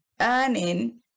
earning